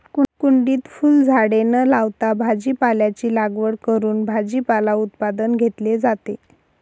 कुंडीत फुलझाडे न लावता भाजीपाल्याची लागवड करून भाजीपाला उत्पादन घेतले जाते